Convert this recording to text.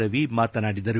ರವಿ ಮಾತನಾಡಿದರು